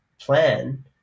plan